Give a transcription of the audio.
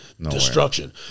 destruction